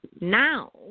now